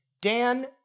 dan